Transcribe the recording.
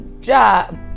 job